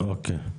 אוקיי.